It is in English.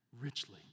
Richly